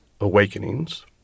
Awakenings